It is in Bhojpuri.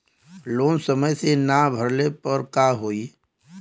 लोन समय से ना भरले पर का होयी?